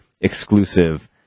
exclusive